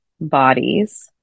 bodies